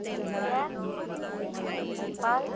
India Nepal